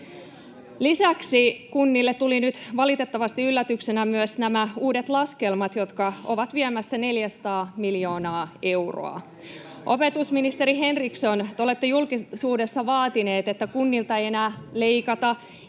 Lisäksi kunnille tulivat nyt valitettavasti yllätyksenä myös nämä uudet laskelmat, jotka ovat viemässä 400 miljoonaa euroa. [Ben Zyskowiczin välihuuto] Opetusministeri Henriksson, te olette julkisuudessa vaatinut, että kunnilta ei enää leikata erityisesti